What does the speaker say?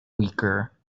weaker